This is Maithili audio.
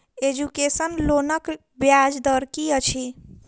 एजुकेसन लोनक ब्याज दर की अछि?